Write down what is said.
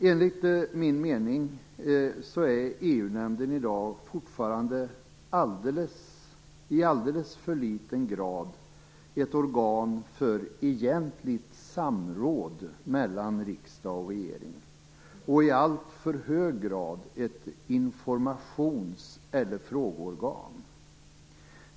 Enligt min mening är EU-nämnden i dag fortfarande i alldeles för liten grad ett organ för egentligt samråd mellan riksdag och regering och i allt för hög grad ett informations eller frågeorgan.